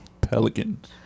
Pelicans